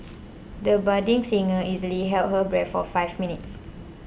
the budding singer easily held her breath for five minutes